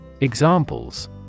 examples